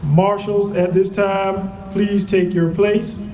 marshals, at this time please take your place.